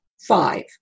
Five